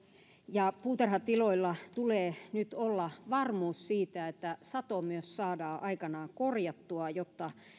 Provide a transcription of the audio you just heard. ja puutarhatiloilla tulee nyt olla varmuus siitä että sato myös saadaan aikanaan korjattua jotta